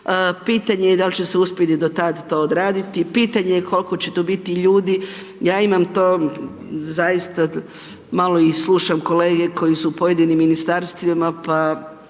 Pitanje je da li će uspjeti do tad to odraditi, pitanje je koliko će to biti ljudi. Ja imam to zaista malo i slušam kolege koji su u pojedinim ministarstvima pa